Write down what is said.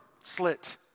slit